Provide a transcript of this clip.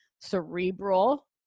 cerebral